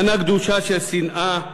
מנה גדושה של שנאה,